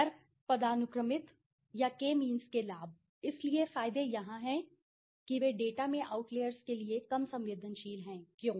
गैर पदानुक्रमित या Kमीन्स के लाभ इसलिए फायदे यहां हैं कि वे डेटा में आउटलेर्स के लिए कम संवेदनशील हैं क्यों